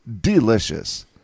delicious